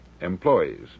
employees